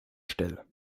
stelle